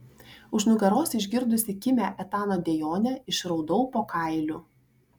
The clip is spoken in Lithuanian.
už nugaros išgirdusi kimią etano dejonę išraudau po kailiu